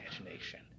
imagination